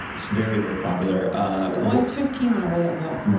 it's very, very popular. well, i was fifteen when i read that book.